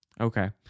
okay